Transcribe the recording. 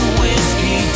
whiskey